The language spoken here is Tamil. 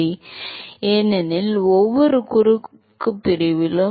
மாணவர் ஏனெனில் ஒவ்வொரு குறுக்கு பிரிவிலும்